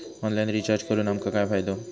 Online recharge करून आमका काय फायदो?